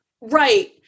Right